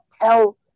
tell